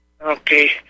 Okay